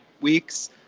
weeks